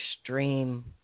extreme